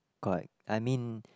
correct I mean